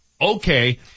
Okay